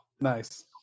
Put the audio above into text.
nice